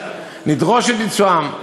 נדרוש את ביצועם".